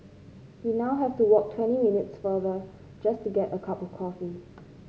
we now have to walk twenty minutes farther just to get a cup of coffee